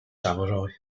samurai